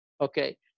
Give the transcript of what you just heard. okay